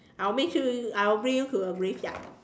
I will make sure I will bring you to a graveyard